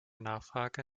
nachfrage